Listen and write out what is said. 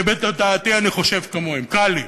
שבתודעתי אני חושב כמוהם, קל לי,